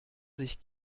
sich